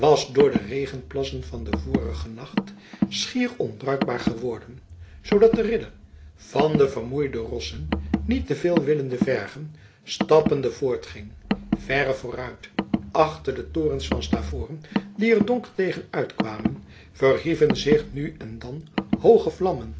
was door de regenplassen van den vorigen nacht schier onbruikbaar geworden zoodat de ridder van de vermoeide rossen niet te veel willende vergen stappende voortging verre vooruit achter de torens van stavoren die er donker tegen uit kwamen verhieven zich nog nu en dan hooge vlammen